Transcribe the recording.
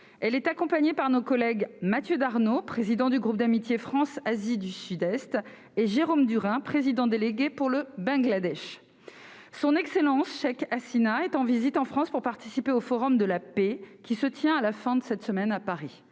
Elle est accompagnée par nos collègues Mathieu Darnaud, président du groupe d'amitié France-Asie du Sud-Est, et Jérôme Durain, président délégué pour le Bangladesh. Son Excellence Sheikh Hasina est en visite en France pour participer au Forum de la Paix, qui se tiendra à la fin de cette semaine à Paris.